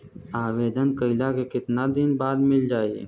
आवेदन कइला के कितना दिन बाद मिल जाई?